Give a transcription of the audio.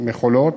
מכולות.